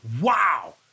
wow